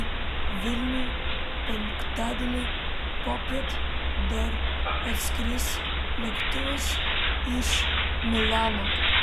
į vilnių penktadienį popiet dar atskris lėktuvas iš milano